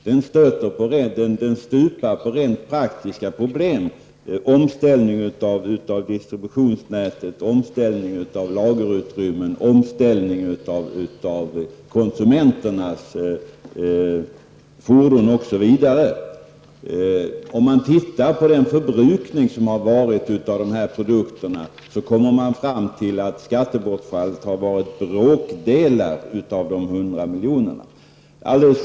Den stupar på rent praktiska förhållanden: omställning av distributionsnätet, lagerutrymmen, konsumenternas fordon osv. Förbrukningen av dessa produkter tyder på att skattebortfallet blir bråkdelar av dessa 100 milj.kr.